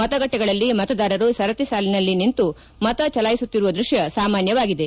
ಮತಗಟ್ಟಿಗಳಲ್ಲಿ ಮತದಾರರು ಸರತಿ ಸಾಲಿನಲ್ಲಿ ನಿಂತು ಮತ ಚಲಾಯಿಸುತ್ತಿರುವ ದೃಶ್ಯ ಸಾಮಾನ್ಯವಾಗಿದೆ